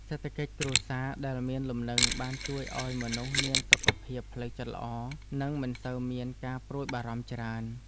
សេដ្ឋកិច្ចគ្រួសារដែលមានលំនឹងបានជួយឱ្យមនុស្សមានសុខភាពផ្លូវចិត្តល្អនិងមិនសូវមានការព្រួយបារម្ភច្រើន។